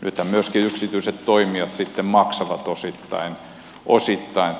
nythän myöskin yksityiset toimijat sitten maksavat osittain